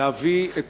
להביא את